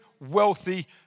wealthy